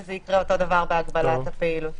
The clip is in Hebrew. וזה יקרה אותו דבר בהגבלת הפעילות.